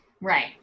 Right